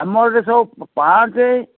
ଆମର ଏଠି ସବୁ ପାଞ୍ଚ